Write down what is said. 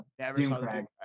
Doomcrag